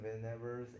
whenever